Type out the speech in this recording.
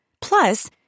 Plus